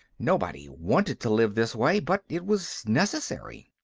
nobody wanted to live this way, but it was necessary.